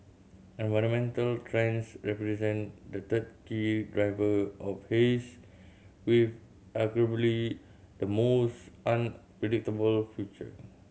environmental trends represent the third key driver of haze with arguably the most unpredictable future